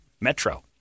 metro